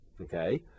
okay